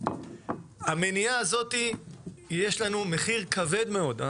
למניעה הזאת יש מחיר כבד מאוד.